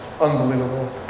unbelievable